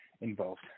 involved